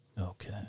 Okay